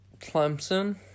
Clemson